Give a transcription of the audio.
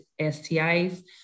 STIs